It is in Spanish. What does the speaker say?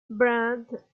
brandt